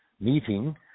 meeting